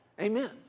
Amen